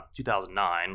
2009